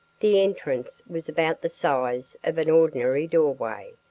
the entrance was about the size of an ordinary doorway,